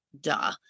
Duh